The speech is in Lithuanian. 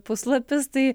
puslapis tai